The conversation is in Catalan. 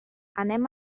anem